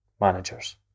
managers